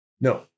No